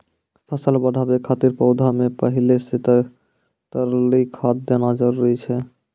फसल बढ़ाबै खातिर पौधा मे पहिले से तरली खाद देना जरूरी छै?